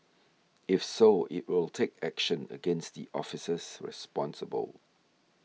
if so it will take action against the officers responsible